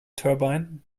turbine